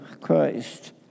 Christ